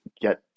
get